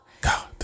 God